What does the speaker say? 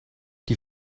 die